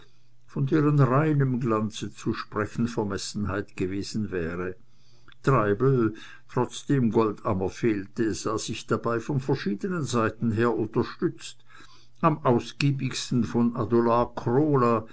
von deren reinem glanze zu sprechen vermessenheit gewesen wäre treibel trotzdem goldammer fehlte sah sich dabei von verschiedenen seiten her unterstützt am ausgiebigsten von adolar krola